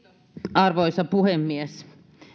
arvoisa puhemies